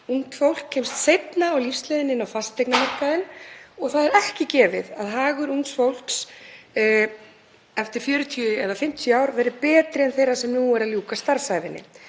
Ungt fólk kemst seinna á lífsleiðinni inn á fasteignamarkaðinn og það er ekki gefið að hagur ungs fólks eftir 40 eða 50 ár verði betri en þeirra sem nú eru að ljúka starfsævinni.